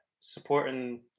supporting